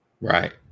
Right